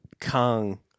Kong